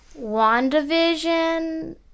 WandaVision